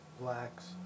blacks